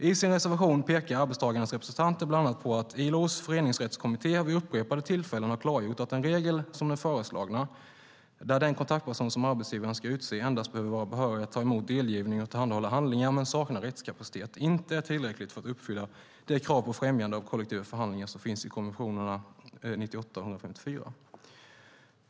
I sin reservation pekar arbetstagarnas representanter bland annat på att ILO:s föreningsrättskommitté vid upprepade tillfällen har klargjort att en regel som den föreslagna, som innebär att den kontaktperson som arbetsgivaren ska utse endast behöver vara behörig att ta emot delgivning och tillhandahålla handlingar men saknar rättskapacitet, inte är tillräcklig för att uppfylla det krav på främjande av kollektiva förhandlingar som finns i konventionerna 98 och 154.